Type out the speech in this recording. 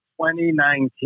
2019